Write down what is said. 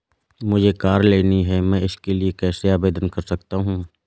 मुझे कार लेनी है मैं इसके लिए कैसे आवेदन कर सकता हूँ?